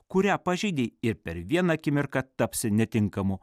kurią pažeidei ir per vieną akimirką tapsi netinkamu